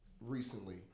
recently